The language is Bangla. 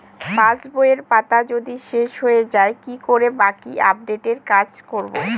পাসবইয়ের পাতা যদি শেষ হয়ে য়ায় কি করে বাকী আপডেটের কাজ করব?